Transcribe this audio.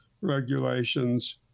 regulations